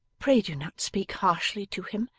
pray do not speak harshly to him.